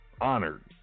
honored